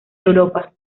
europa